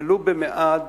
ולו במעט,